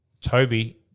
Toby